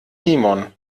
timon